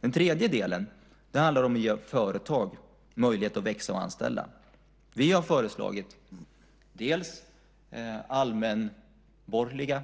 Den tredje delen handlar om att ge företag möjlighet att växa och anställa. Vi har lagt allmänborgerliga